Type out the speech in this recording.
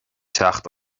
teacht